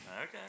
Okay